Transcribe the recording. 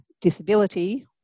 disability